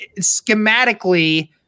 schematically